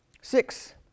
six